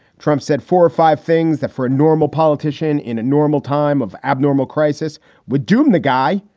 trump said four or five things that for a normal politician in a normal time of abnormal crisis would doom the guy.